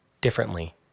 differently